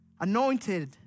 anointed